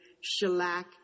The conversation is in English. shellac